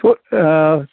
ओ